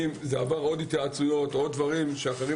אם זה עבר עוד התייעצויות או דברים שאחרים